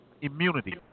immunity